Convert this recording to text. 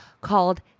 called